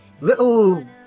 Little